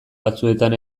batzuetan